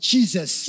Jesus